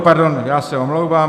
Pardon, já se omlouvám.